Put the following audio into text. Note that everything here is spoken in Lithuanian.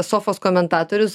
sofos komentatorius